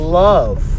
love